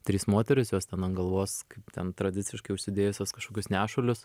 trys moterys jos ten ant galvos kaip ten tradiciškai užsidėjusios kažkokius nešulius